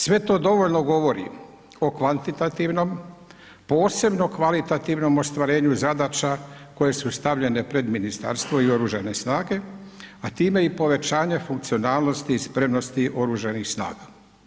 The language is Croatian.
Sve to dovoljno govori o kvantitativnom, posebno kvalitativnom ostvarenju zadaća koje su stavljene pred ministarstvo i Oružane snage a time i povećanje funkcionalnosti i spremnosti Oružanih snaga.